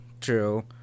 true